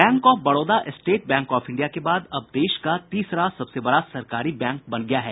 bank of Baroda State Bank of India के बाद अब देश का तीसरा सबसे बड़ा सरकारी बैंक बन गया है